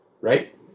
right